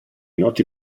noti